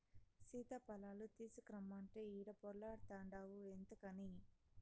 సీతాఫలాలు తీసకరమ్మంటే ఈడ పొర్లాడతాన్డావు ఇంతగని